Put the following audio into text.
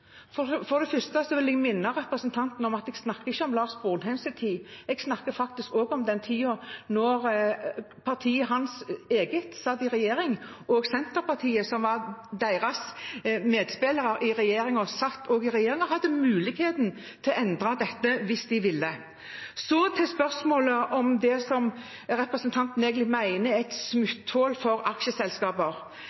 For det første vil jeg minne representanten om at jeg ikke snakker om Lars Sponheims tid, jeg snakker faktisk også om den tiden da representantens eget parti satt i regjering. Senterpartiet, som var deres medspiller, satt også i regjeringen og hadde mulighet til å endre dette hvis de ville. Så til spørsmålet om det som representanten egentlig mener er et